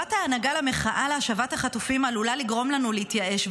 "תגובת ההנהגה למחאה להשבת החטופים עלולה לגרום לנו להתייאש,